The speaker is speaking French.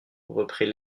reprit